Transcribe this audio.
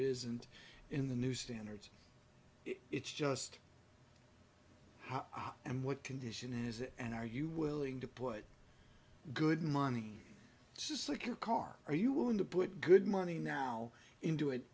isn't in the new standards it's just how and what condition is it and are you willing to put good money just like your car or are you willing to put good money now into